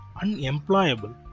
unemployable